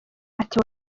ati